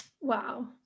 Wow